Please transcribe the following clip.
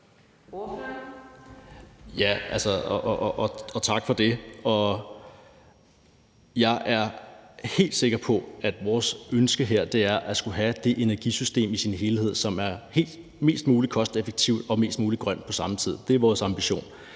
Frølund (LA): Tak for det. Jeg er helt sikker på, at vores ønske her er at have det energisystem, der i sin helhed er mest muligt omkostningseffektivt og mest muligt grønt på samme tid. Det er vores ambition.